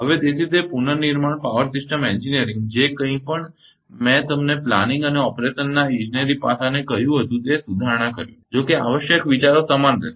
હવે તેથી તે પુનર્નિર્માણ પાવર સિસ્ટમ એન્જિનિયરિંગ જે કંઈપણ મેં તમને પ્લાનિંગ અને ઓપરેશનના ઇજનેરી પાસાને કહ્યું હતું તે સુધારણા કરવી પડશે જો કે આવશ્યક વિચારો સમાન રહેશે